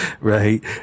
right